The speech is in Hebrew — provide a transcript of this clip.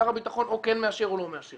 שר הביטחון או כן מאשר או לא מאשר.